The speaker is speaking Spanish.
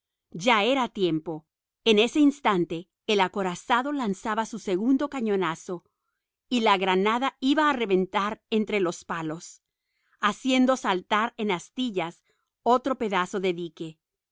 ya era tiempo en ese instante el acorazado lanzaba su segundo cañonazo y la granada iba a reventar entre los palos haciendo saltar en astillas otro pedazo del dique